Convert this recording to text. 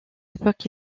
époque